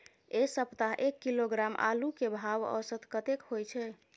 ऐ सप्ताह एक किलोग्राम आलू के भाव औसत कतेक होय छै?